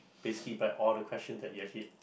basically by all the questions that we actually